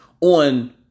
on